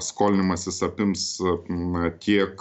skolinimasis apims na tiek